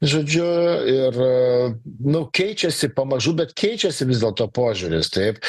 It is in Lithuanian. žodžiu ir nu keičiasi pamažu bet keičiasi vis dėlto požiūris taip